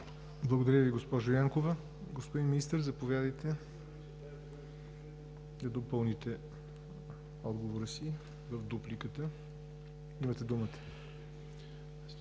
Благодаря Ви, госпожо Янкова. Господин Министър, заповядайте да допълните отговора си в дупликата. МИНИСТЪР